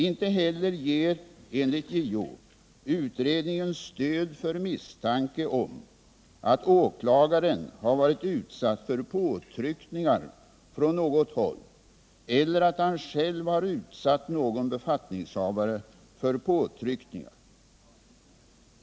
Inte heller ger enligt JO utredningen stöd för misstanke om att åklagaren har varit utsatt för påtryckningar från något håll eller att han ce själv har utsatt någon befattningshavare för påtryckningar.